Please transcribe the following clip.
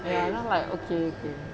ya I'm like okay okay